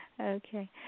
Okay